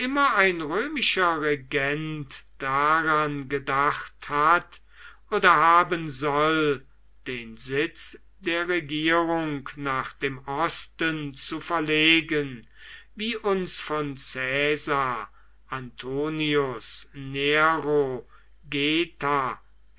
ein römischer regent daran gedacht hat oder haben soll den sitz der regierung nach dem osten zu verlegen wie uns von caesar antonius nero